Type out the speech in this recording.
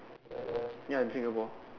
ya in Singapore